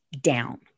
down